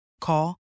Call